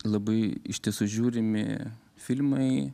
labai iš tiesų žiūrimi filmai